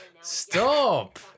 Stop